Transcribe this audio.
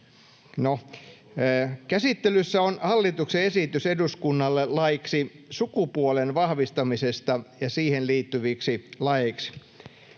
Käsittelyssä on hallituksen esitys eduskunnalle laiksi sukupuolen vahvistamisesta ja siihen liittyviksi laeiksi.